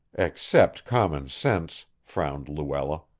except common sense, frowned luella.